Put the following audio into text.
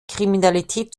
kriminalität